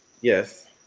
Yes